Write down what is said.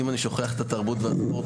אם אני שוכח את התרבות והספורט,